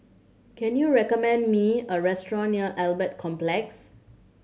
can you recommend me a restaurant near Albert Complex